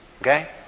Okay